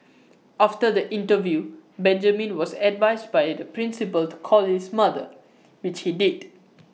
after the interview Benjamin was advised by the principal to call his mother which he did